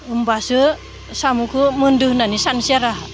होनबासो साम'खौ मोन्दों होननानै साननोसै आरो आं